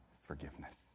forgiveness